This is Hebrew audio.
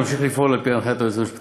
נמשיך לפעול על־פי הנחיית היועץ המשפטי